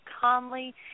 Conley